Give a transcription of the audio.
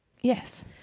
Yes